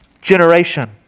generation